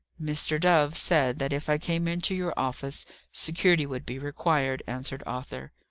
mr. dove said that if i came into your office security would be required, answered arthur.